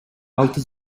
алты